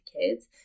kids